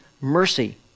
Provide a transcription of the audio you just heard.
mercy